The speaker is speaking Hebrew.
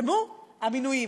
נחתמו המינויים.